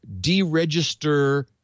deregister